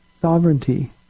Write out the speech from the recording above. sovereignty